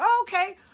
Okay